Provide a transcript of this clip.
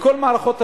בכל מערכות הביטחון,